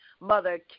Mother